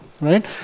right